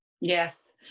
yes